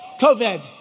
COVID